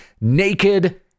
naked